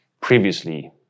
previously